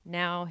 now